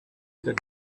that